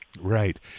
Right